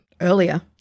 Earlier